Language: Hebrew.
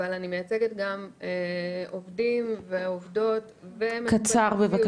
אבל אני מייצגת גם עובדים ועובדות בבית